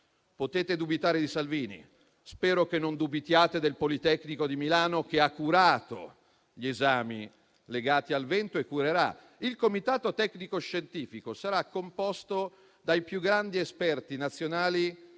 Potete dubitare di Salvini, ma spero che non dubitiate del Politecnico di Milano, che ha curato gli esami legati al vento e curerà il comitato tecnico-scientifico, che sarà composto dai più grandi esperti nazionali,